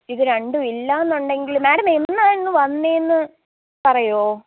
ഇത് രണ്ടും ഇല്ലാന്നുണ്ടെങ്കിൽ മാഡം എന്നാണ് വരുന്നെന്ന് പറയ്യോ